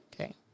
okay